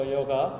Yoga